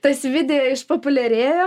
tas video išpopuliarėjo